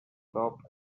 stopped